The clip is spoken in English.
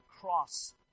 cross